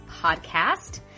Podcast